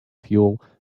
fuel